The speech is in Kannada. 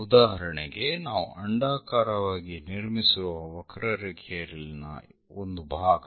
ಉದಾಹರಣೆಗೆ ನಾವು ಅಂಡಾಕಾರವಾಗಿ ನಿರ್ಮಿಸಿರುವ ವಕ್ರರೇಖೆಯಲ್ಲಿನ ಒಂದು ಭಾಗ